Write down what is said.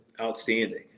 outstanding